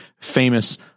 famous